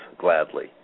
gladly